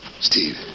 Steve